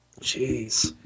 Jeez